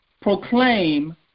proclaim